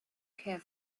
care